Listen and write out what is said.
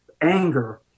anger